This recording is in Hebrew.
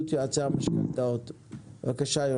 בבקשה.